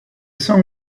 song